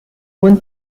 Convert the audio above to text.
buon